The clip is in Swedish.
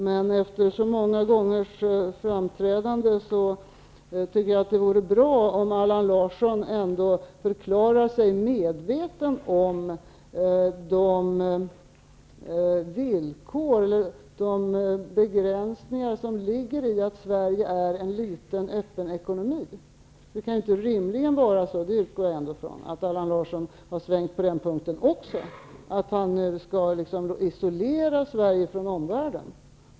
Men efter så många gångers framträdanden tycker jag att det vore bra om Allan Larsson förklarar sig medveten om de begränsningar som ligger i att Sverige är en liten och öppen ekonomi. Det kan rimligen inte vara på det sättet, vilket jag utgår från, att Allan Larsson har svängt också på den punkten, att han nu skall isolera Sverige från omvärlden.